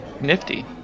Nifty